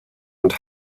und